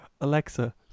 Alexa